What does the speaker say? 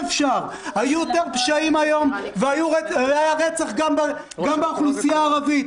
היו יותר פשעים היום והיה גם רצח באוכלוסייה הערבית.